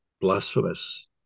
blasphemous